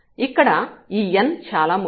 ఇక్కడ ఈ n చాలా ముఖ్యం